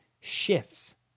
shifts